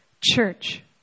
church